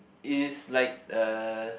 it is like uh